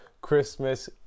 Christmas